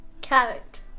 Carrot